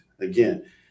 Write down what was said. again